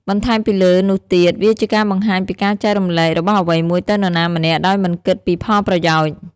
បន្ថែមពីលើនោះទៀត វាជាការបង្ហាញពីការចែករំលែករបស់អ្វីមួយទៅនរណាម្នាក់ដោយមិនគិតពីផលប្រយោជន៍។